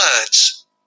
words